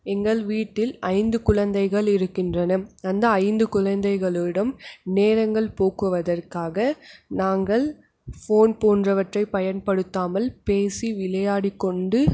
எங்கள் வீட்டில் ஐந்து குழந்தைகள் இருக்கின்றன அந்த ஐந்து குழந்தைகளோடும் நேரங்கள் போக்குவதற்காக நாங்கள் ஃபோன் போன்றவற்றை பயன்படுத்தாமல் பேசி விளையாடிக்கொண்டு